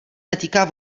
netýká